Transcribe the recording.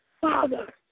Father